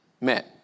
met